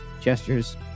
gestures